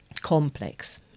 complex